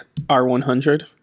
R100